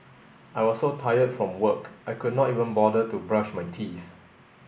I was so tired from work I could not even bother to brush my teeth